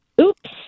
Oops